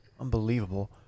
Unbelievable